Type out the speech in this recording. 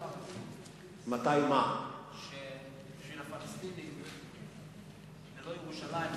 שלפלסטינים ללא ירושלים זה,